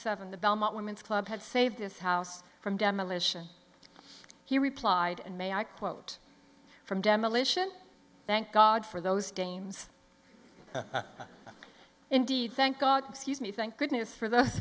seven the belmont women's club had saved this house from demolition he replied and may i quote from demolition thank god for those dames indeed thank god sees me thank goodness for th